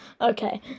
Okay